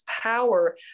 power